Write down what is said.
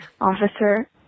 officer